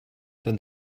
dann